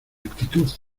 actitud